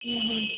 ಹ್ಞೂ ಹ್ಞೂ